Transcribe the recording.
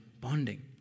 bonding